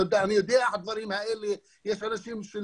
תודה, חבר הכנסת סעיד אלחרומי.